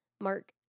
Mark